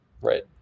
Right